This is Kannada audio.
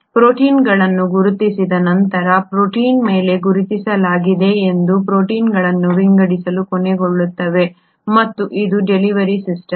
ಪ್ರೋಟೀನ್ಗಳನ್ನು ಗುರುತಿಸಿದ ನಂತರ ಪ್ರೋಟೀನ್ಗಳ ಮೇಲೆ ಗುರುತಿಸಲಾಗಿದೆ ಅದು ಪ್ರೋಟೀನ್ಗಳನ್ನು ವಿಂಗಡಿಸಲು ಕೊನೆಗೊಳ್ಳುತ್ತದೆ ಮತ್ತು ಇದು ಡೆಲಿವರಿ ಸಿಸ್ಟಮ್